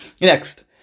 next